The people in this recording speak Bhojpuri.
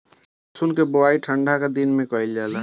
लहसुन के बोआई ठंढा के दिन में कइल जाला